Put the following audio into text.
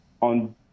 on